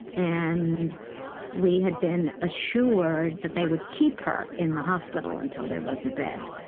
and we had been assured that they would keep her in the hospital until there was a bed.